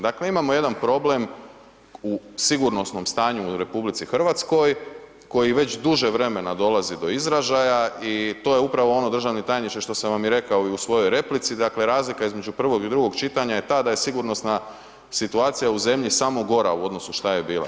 Dakle imamo jedan problem u sigurnosnom stanju u RH koji već duže vremena dolazi do izražaja i to je upravo ono državni tajniče, što sam vam i rekao i u svojoj replici, dakle razlika između prvog i drugog čitanja je ta da je sigurnosna situacija u zemlji samo gora u odnosu šta je bila.